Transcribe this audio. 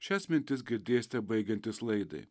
šias mintis girdėsite baigiantis laidai